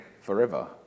forever